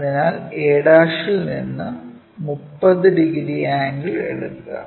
അതിനാൽ aൽ നിന്ന് 30 ഡിഗ്രി ആംഗിൾ എടുക്കുക